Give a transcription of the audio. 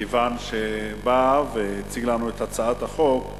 כיוון שהוא בא והציג לנו את הצעת החוק,